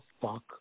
fuck